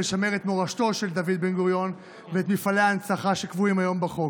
ולשמר את מורשתו של דוד בן-גוריון ואת מפעלי ההנצחה שקבועים היום בחוק.